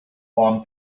palm